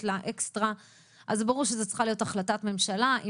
לקבוצה של הורים שישמחו לשבת לתת את האינפוטים שלהם